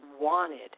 wanted